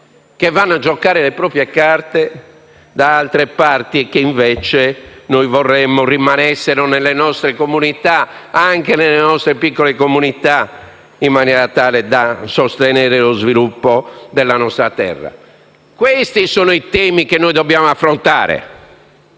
che vanno a giocare le proprie carte da altre parti e che invece noi vorremmo rimanessero nelle nostre comunità, anche in quelle piccole, in maniera tale da sostenere lo sviluppo della nostra terra. Sono questi i temi che dobbiamo affrontare.